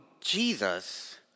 Jesus